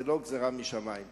זו לא גזירה משמים.